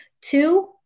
Two